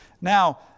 Now